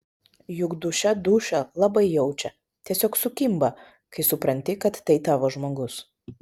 juk dūšia dūšią labai jaučia tiesiog sukimba kai supranti kad tai tavo žmogus